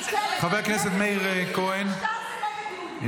ואחר כך סיפרו לנו ששינו את זה לגומי --- קודם כול,